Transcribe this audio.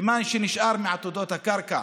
מה שנשאר מעתודות הקרקע